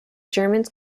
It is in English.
germans